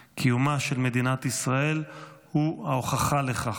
קיומה של מדינת ישראל הוא ההוכחה לכך.